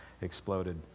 exploded